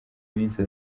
minsi